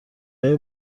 های